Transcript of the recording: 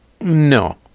No